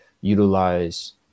utilize